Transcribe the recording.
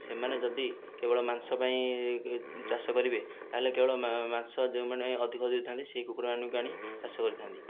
ସେମାନେ ଯଦି କେବଳ ମାଂସ ପାଇଁ ଚାଷ କରିବେ ତାହେଲେ କେବଳ ମାଂସ ଯେଉଁ ମାନେ ଅଧିକ ଦେଇଥାନ୍ତି ସେହି କୁକୁଡ଼ାମାନଙ୍କୁ ଆଣି ଚାଷ କରିଥାନ୍ତି